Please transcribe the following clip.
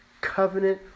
Covenant